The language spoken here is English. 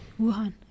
Wuhan